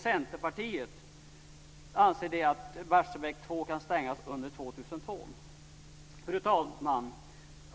Centerpartiet anser att Barsebäck 2 kan stängas under år Fru talman!